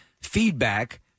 feedback